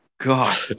God